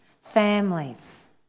families